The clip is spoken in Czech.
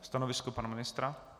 Stanovisko pana ministra?